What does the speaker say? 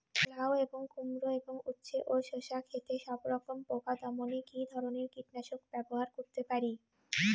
লাউ এবং কুমড়ো এবং উচ্ছে ও শসা ক্ষেতে সবরকম পোকা দমনে কী ধরনের কীটনাশক ব্যবহার করতে পারি?